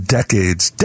decades